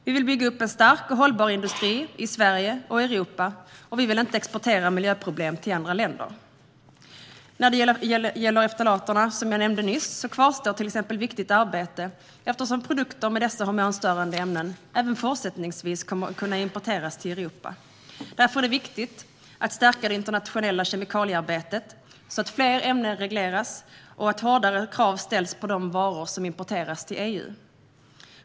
Vi vill bygga upp en stark och hållbar industri i Sverige och Europa, och vi vill inte exportera miljöproblem till andra länder. När det gäller ftalaterna, som jag nyss nämnde, kvarstår till exempel viktigt arbete eftersom produkter med dessa hormonstörande ämnen även fortsättningsvis kommer att kunna importeras till Europa. Därför är det viktigt att stärka det internationella kemikaliearbetet så att fler ämnen regleras och hårdare krav ställs på de varor som importeras till EU.